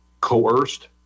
coerced